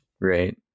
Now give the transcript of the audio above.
Right